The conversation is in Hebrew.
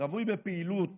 רווי בפעילות